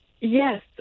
Yes